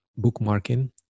bookmarking